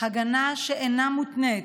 הגנה שאינה מותנית